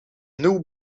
new